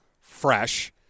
fresh